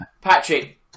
Patrick